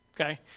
okay